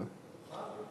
מה?